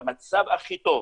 במצב הכי טוב,